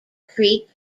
creek